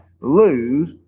lose